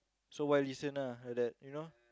so why listen ah like that you know